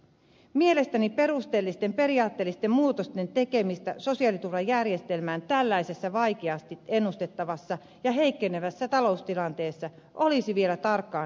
mielestäni perusteellisten periaatteellisten muutosten tekemistä sosiaaliturvajärjestelmään tällaisessa vaikeasti ennustettavassa ja heikkenevässä taloustilanteessa olisi vielä tarkkaan harkittava